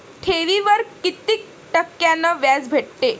ठेवीवर कितीक टक्क्यान व्याज भेटते?